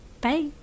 Bye